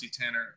Tanner